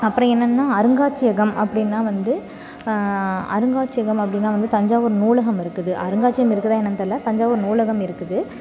அப்புறம் என்னென்னா அருங்காட்சியகம் அப்படின்னா வந்து அருங்காட்சியகம் அப்படின்னா வந்து தஞ்சாவூர் நூலகம் இருக்குது அருங்காட்சியம் இருக்குதா என்னென்னு தெரியல தஞ்சாவூர் நூலகம் இருக்குது